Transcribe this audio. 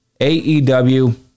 AEW